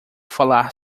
falar